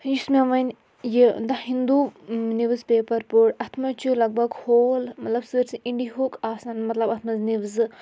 یُس مےٚ وۄنۍ یہِ دَ ہِندوٗ نِوٕز پیپَر پوٚر اَتھ منٛز چھُ لَگ بَگ ہول مطلب سٲرۍسٕے اِنڈیِہُک آسان مطلب اَتھ منٛز نِوزٕ